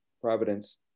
Providence